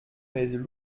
pèsent